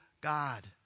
God